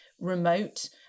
remote